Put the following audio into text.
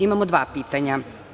Imamo dva pitanja.